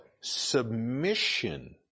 submission